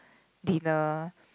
dinner